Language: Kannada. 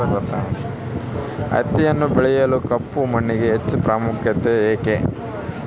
ಹತ್ತಿಯನ್ನು ಬೆಳೆಯಲು ಕಪ್ಪು ಮಣ್ಣಿಗೆ ಹೆಚ್ಚು ಪ್ರಾಮುಖ್ಯತೆ ಏಕೆ?